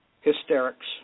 hysterics